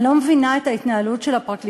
אני לא מבינה את ההתנהלות של הפרקליטות,